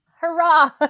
Hurrah